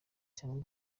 cyangwa